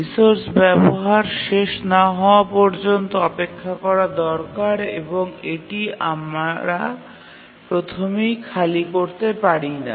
resource ব্যবহার শেষ না হওয়া পর্যন্ত অপেক্ষা করা দরকার এবং এটি আমরা প্রথমেই খালি করতে পারি না